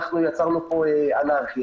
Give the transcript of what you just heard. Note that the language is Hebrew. אנחנו יצרנו אנרכיה.